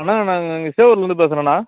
அண்ணா நாங்கள் இங்கே சேவலூர்லேருந்து பேசுகிறேண்ணா